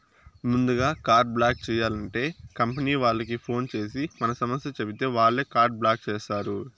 ముందుగా card block చేయాలంటే company వాళ్లకి ఫోన్ చేసి మన సమస్య చెప్పితే వాళ్లే కార్డు బ్లాక్ చేస్తారు